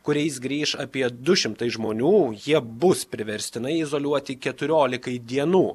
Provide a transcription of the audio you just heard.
kuriais grįš apie du šimtai žmonių jie bus priverstinai izoliuoti keturiolikai dienų